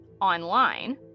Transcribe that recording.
online